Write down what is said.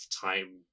time